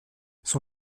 son